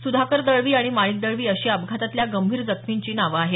सुधाकर दळवी आणि माणिक दळवी अशी या अपघातातल्या गंभीर जखमींची नावं आहेत